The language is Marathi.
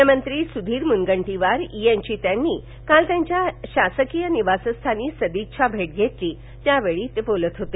वनमंत्री सुधीर मुनगंटीवार यांची त्यांनी काल त्यांच्या शासकीय निवासस्थानी सदिच्छा भेट घेतली त्यावेळी ते बोलत होते